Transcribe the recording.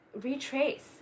retrace